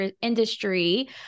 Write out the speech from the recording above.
industry